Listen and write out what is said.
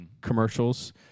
commercials